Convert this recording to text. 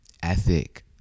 ethic